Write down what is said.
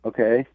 Okay